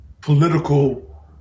political